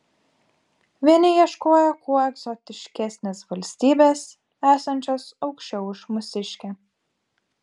vieni ieškojo kuo egzotiškesnės valstybės esančios aukščiau už mūsiškę